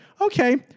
Okay